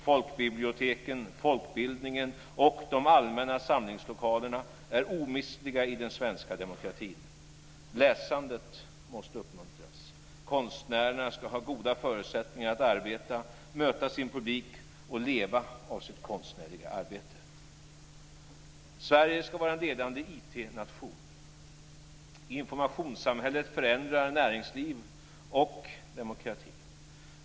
Folkbiblioteken, folkbildningen och de allmänna samlingslokalerna är omistliga i den svenska demokratin. Läsandet måste uppmuntras. Konstnärerna ska ha goda förutsättningar att arbeta, möta sin publik och leva av sitt konstnärliga arbete. Sverige ska vara en ledande IT-nation. Informationssamhället förändrar näringsliv och demokrati.